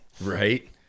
Right